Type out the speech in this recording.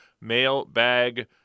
mailbag